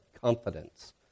confidence